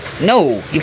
No